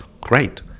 Great